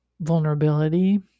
vulnerability